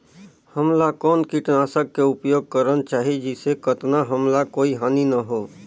हमला कौन किटनाशक के उपयोग करन चाही जिसे कतना हमला कोई हानि न हो?